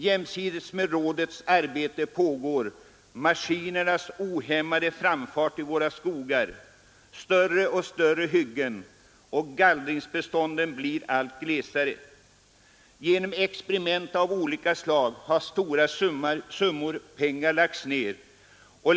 Jämsides med rådets arbete pågår maskinernas ohämmade framfart i våra skogar. Det blir större och större hyggen och gallringsbestånden blir glesare. Genom experiment av olika slag har stora summor lagts ned.